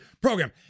program